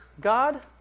God